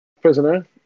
Prisoner